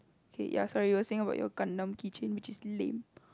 okay ya sorry you were saying about your Gundam enchain which is lame